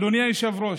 אדוני היושב-ראש,